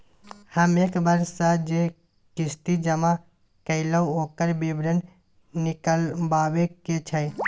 हम एक वर्ष स जे किस्ती जमा कैलौ, ओकर विवरण निकलवाबे के छै?